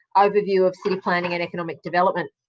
overview of city planning and economic development.